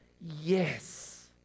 Yes